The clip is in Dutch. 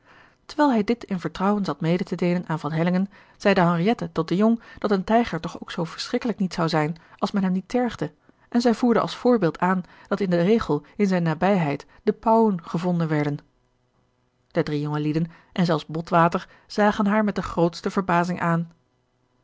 terwijl hij dit in vertrouwen zat mede te deelen aan van hellingen zeide henriette tot de jong dat een tijger toch ook zoo verschrikkelijk niet zou zijn als men hem niet tergde en zij voerde als voorbeeld aan dat in den regel in zijne nabijheid de pauwen gevonden werden de drie jongelieden en zelfs botwater zagen haar met de grootste verbazing aan